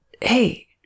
hey